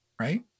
right